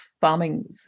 farming